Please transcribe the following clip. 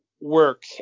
work